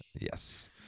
Yes